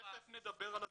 תיכף נדבר על הדרך.